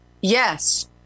Yes